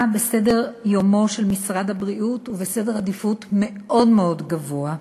בסדר-יומו של משרד הבריאות ובעדיפות מאוד מאוד גבוהה.